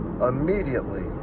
immediately